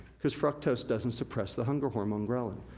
cause fructose doesn't suppress the hunger hormone ghrelin,